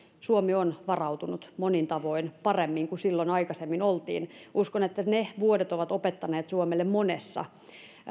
suomi on varautunut monin tavoin paremmin kuin silloin aikaisemmin oltiin uskon että ne vuodet ovat opettaneet suomelle monessa